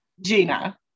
Gina